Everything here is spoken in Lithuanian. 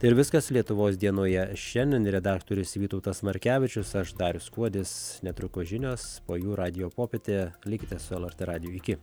ir viskas lietuvos dienoje šiandien redaktorius vytautas markevičius aš darius kuodis netrukus žinios po jų radijo popietė likite su lrt radiju iki